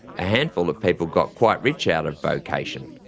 a handful of people got quite rich out of vocation.